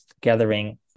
gathering